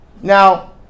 Now